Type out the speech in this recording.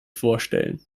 vorstellen